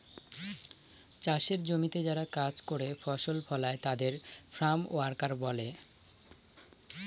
চাষের জমিতে যারা কাজ করে ফসল ফলায় তাদের ফার্ম ওয়ার্কার বলে